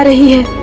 ah here.